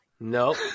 Nope